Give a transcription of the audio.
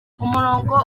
umurongo